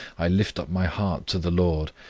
i lift up my heart to the lord,